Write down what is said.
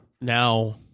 now